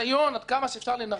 עד כמה שאפשר לנרמל את זה,